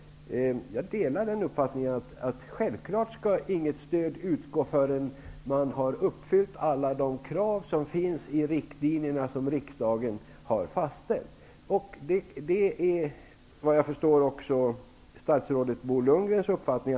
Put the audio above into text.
Jag delar uppfattningen att något stöd självklart inte skall utgå, förrän banken har uppfyllt alla de krav som finns i de riktlinjer som riksdagen har fastställt. Efter vad jag förstår är det också statsrådet Bo Lundgrens uppfattning.